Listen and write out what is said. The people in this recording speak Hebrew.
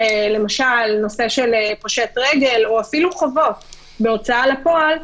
למשל נושא של פושט רגל או אפילו חובות בהוצאה לפועל,